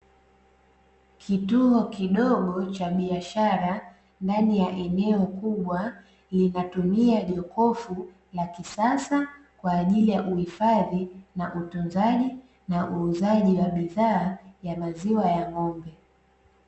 Kituo kidogo cha biashara ndani ya eneo kubwa; linatumia jokofu la kisasa kwa ajili ya uhifadhi, na utunzaji na uuzaji wa bidhaa ya maziwa ya ng'ombe.